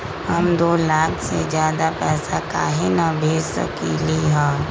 हम दो लाख से ज्यादा पैसा काहे न भेज सकली ह?